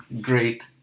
great